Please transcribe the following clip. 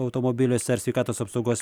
automobiliuose ar sveikatos apsaugos